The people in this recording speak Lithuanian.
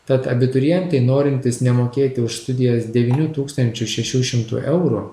tad abiturientai norintys nemokėti už studijas devynių tūkstančių šešių šimtų eurų